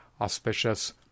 auspicious